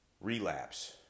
relapse